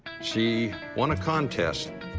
she won a contest.